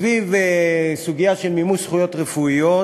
סביב הסוגיה של מימוש זכויות רפואיות